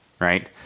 right